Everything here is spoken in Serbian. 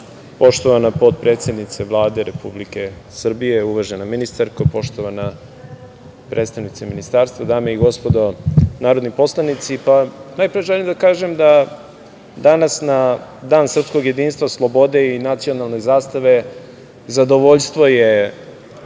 poštovana potpredsednice Vlade Republike Srbije, uvažena ministarko, poštovana predstavnice ministarstva, dame i gospodo narodni poslanici, najpre želim da kažem da danas na Dan srpskog jedinstva, slobode i nacionalne zastave zadovoljstvo je